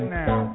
now